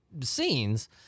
scenes